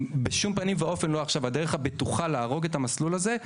בשום פנים ואופן לא עכשיו הדרך הבטוחה להרוג את המסלול הזה,